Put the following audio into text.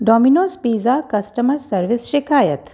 Domino's pizza customer service शिकायति